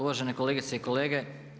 Uvažene kolegice i kolege.